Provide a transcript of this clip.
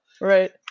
right